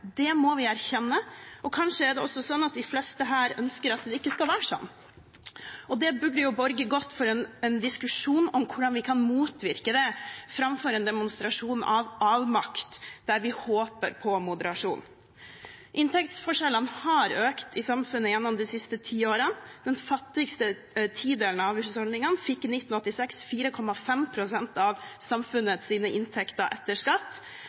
Det må vi erkjenne. Kanskje er det også sånn at de fleste her ønsker at det ikke skal være sånn. Det burde jo borge godt for en diskusjon om hvordan vi kan motvirke det, framfor en demonstrasjon av avmakt, der vi håper på moderasjon. Inntektsforskjellene i samfunnet har økt gjennom de siste ti årene. Den fattigste tidelen av husholdningene fikk i 1986 4,5 pst. av samfunnets inntekter etter skatt.